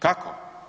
Kako?